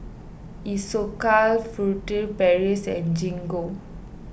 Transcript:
Isocal Furtere Paris and Gingko